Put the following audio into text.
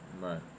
Right